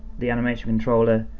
the animationcontroller,